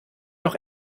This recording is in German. noch